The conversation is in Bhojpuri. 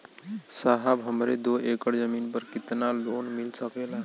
साहब हमरे दो एकड़ जमीन पर कितनालोन मिल सकेला?